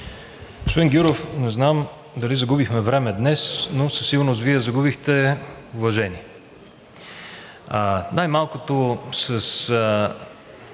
Гюров, не знам дали загубихме време днес, но със сигурност Вие загубихте уважение, най-малкото с